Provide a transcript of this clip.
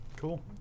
Cool